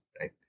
Right